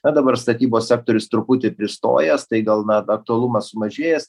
na dabar statybos sektorius truputį pristojęs tai gal na aktualumas sumažėjęs